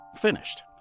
finished